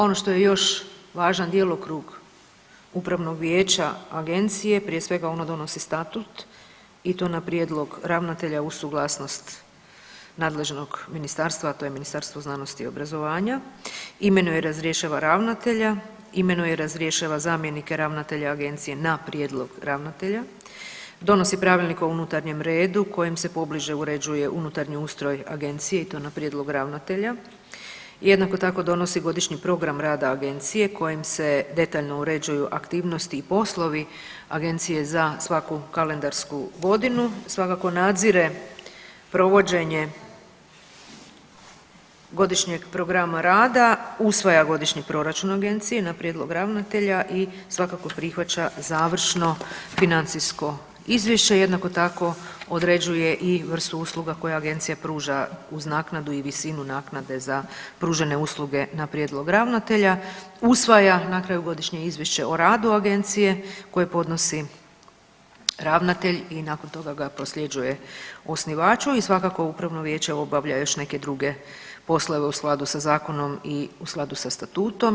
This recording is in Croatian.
Ono što je još važan djelokrug upravnog vijeća agencije, prije svega ono donosi statut i to na prijedlog ravnatelja uz suglasnost nadležnog ministarstva, a to je Ministarstvo znanosti i obrazovanja, imenuje i razrješava ravnatelja, imenuje i razrješava zamjenike ravnatelja agencije na prijedlog ravnatelja, donosi Pravilnik o unutarnjem redu kojim se pobliže uređuje unutarnji ustroj agencije i to na prijedlog ravnatelja, jednako tako donosi godišnji program rada agencije kojim se detaljno uređuju aktivnosti i poslovi agencije za svaku kalendarsku godinu, svakako nadzire provođenje godišnjeg programa rada, usvaja godišnji proračun agencije na prijedlog ravnatelja i svakako prihvaća završno financijsko izvješće, jednako tako određuje i vrstu usluga koju agencija pruža uz naknadu i visinu naknade za pružene usluge na prijedlog ravnatelja, usvaja na kraju godišnje izvješće o radu agencije koje podnosi ravnatelj i nakon toga ga prosljeđuje osnivaču i svakako upravno vijeće obavlja još neke druge poslove u skladu sa zakonom i u skladu sa statutom.